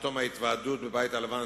בתום ההתוועדות בבית הלבן,